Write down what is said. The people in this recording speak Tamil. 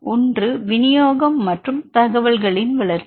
ஒன்று விநியோகம் மற்றொன்று தகவல்களின் வளர்ச்சி